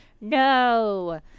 no